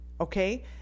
okay